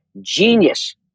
genius